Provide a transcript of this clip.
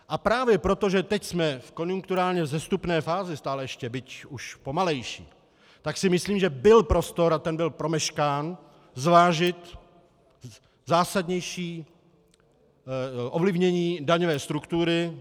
A právě proto, že teď jsme v konjunkturálně vzestupné fázi stále ještě, byť už pomalejší, si myslím, že byl prostor, a ten byl promeškán, zvážit zásadnější ovlivnění daňové struktury.